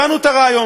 הבנו את הרעיון.